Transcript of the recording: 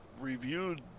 reviewed